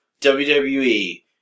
WWE